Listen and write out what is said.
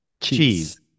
cheese